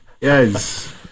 Yes